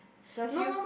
the hue